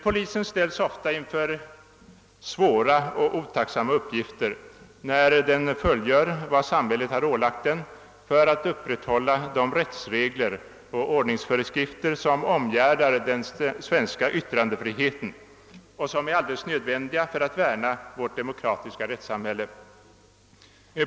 Polisen ställs ofta inför svåra och otacksamma uppgifter när den fullgör vad samhället ålagt den att utföra för att upprätthålla de rättsregler och ordningsföreskrifter, som omgärdar den svenska yttrandefriheten och som är nödvändiga för att värna vårt demokratiska rättssamhälle.